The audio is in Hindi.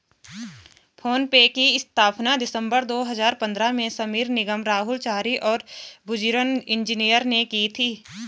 फ़ोन पे की स्थापना दिसंबर दो हजार पन्द्रह में समीर निगम, राहुल चारी और बुर्जिन इंजीनियर ने की थी